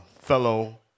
fellow